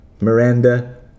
Miranda